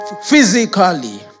physically